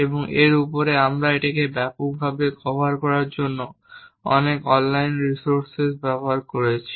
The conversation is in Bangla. এবং এর উপরে আমরা এটিকে ব্যাপকভাবে কভার করার জন্য অনেক অনলাইন রিসোর্সেস ব্যবহার করেছি